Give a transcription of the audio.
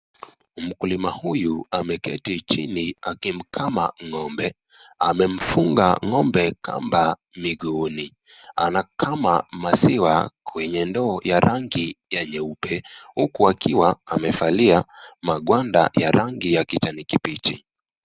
Mkulima huyu ameketi chini akimkama ng'ombe, amemfunga ng'ombe kamba miguuni anakama maziwa kwenye ndoo ya rangi ya nyeupe, huku akiwa amevalia magwanda ya rangi ya kijani kibichi.